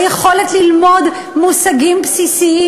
היכולת ללמוד מושגים בסיסיים,